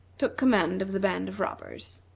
took command of the band of robbers.